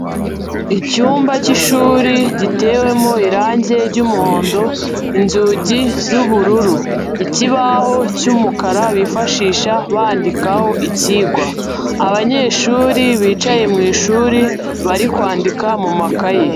Icyumba cy'ishuri gitewemo irange ry'umuhondo, inzugi z'ubururu, ikibaho cy'umukara bifashisha bandikaho icyigwa, abanyeshuri bicaye mu ishuri, bari kwandika mu makayi.